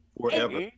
forever